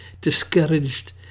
discouraged